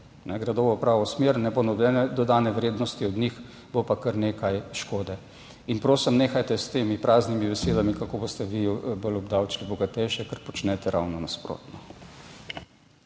gredo v pravo smer, ne bo nobene dodane vrednosti. Od njih bo pa kar nekaj škode. In prosim nehajte s temi praznimi besedami, kako boste vi bolj obdavčili bogatejše, kar počnete, ravno nasprotno.